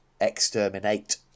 exterminate